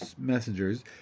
messengers